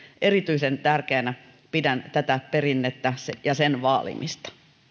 erityisen tärkeänä tätä perinnettä ja sen vaalimista